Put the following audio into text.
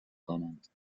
کنند